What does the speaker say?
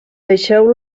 deixeu